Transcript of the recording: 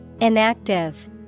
Inactive